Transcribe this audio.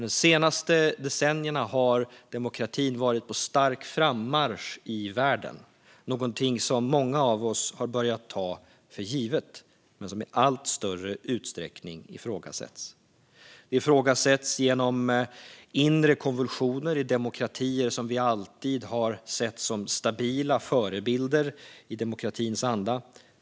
De senaste decennierna har demokratin varit på stark frammarsch i världen, någonting som många av oss har börjat ta för givet men som i allt större utsträckning ifrågasätts. Ifrågasättandet sker genom inre konvulsioner i demokratier som vi alltid har sett som stabila förebilder i demokratins anda.